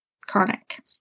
chronic